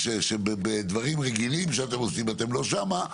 שאפילו בדברים הרגילים אתם לא שם,